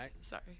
Sorry